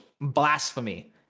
blasphemy